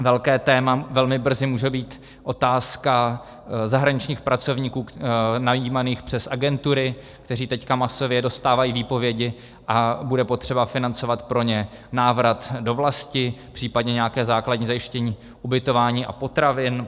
Velké téma velmi brzy může být otázka zahraničních pracovníků najímaných přes agentury, kteří teď masově dostávají výpovědi, a bude potřeba financovat pro ně návrat do vlasti, případně nějaké základní zajištění ubytování a potravin.